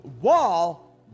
wall